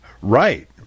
Right